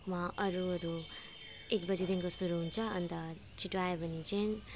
वहाँ अरूहरू एक बजीदेखिको सुरु हुन्छ अन्त छिटो आयो भने चाहिँ